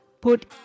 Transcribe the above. put